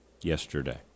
yesterday